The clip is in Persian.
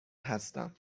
هستم